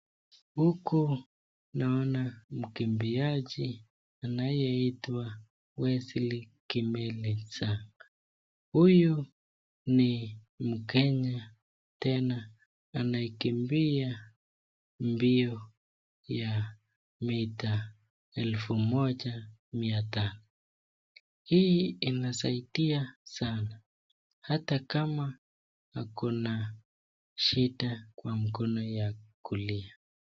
Huku naona mkimbiaji anayeitwa Wesley Kimele Sang. Huyu ni Mkenya tena anayekimbia mbio ya mita elfu moja mia tano. Hii inasaidia sana. Hata kama hakuna shida kwa mkono ya kulia.